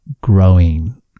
growing